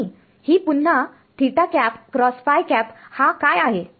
नाही ही पुन्हा हा काय आहे